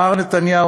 מר נתניהו,